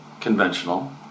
conventional